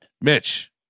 Mitch